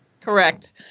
Correct